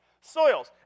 Soils